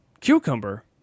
Cucumber